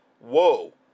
whoa